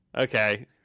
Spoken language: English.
okay